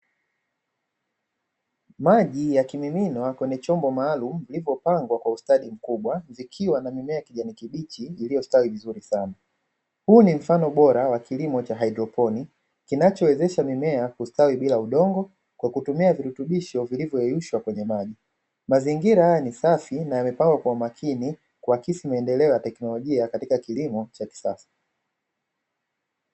Maji ya kimiminwa kwenye chombo maalum kilichopangwa kwa ustadi mkubwa, zikiwa na mimea kijani kibichi iliyostawi vizuri sana huu ni mfano bora wa kilimo cha haidroponi kinachowezesha mimea kustawi bila udongo kwa kutumia virutubisho vilivyoyeyushwa kwenye maji, mazingira haya ni safi na amepagwa kwa makini kuakisi maendeleo ya teknolojia katika kilimo cha kisasa.